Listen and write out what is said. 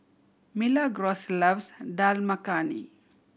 Milagros loves Dal Makhani